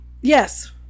Yes